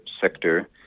sector